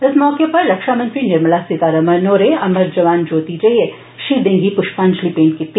इस मौके उप्पर रक्षा मंत्री निर्मला सीतारमण होरें अमर जवान ज्योति जाइयै षहीदें गी पुश्पांजलि भेंट कीती